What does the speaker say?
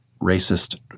racist